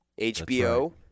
HBO